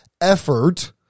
effort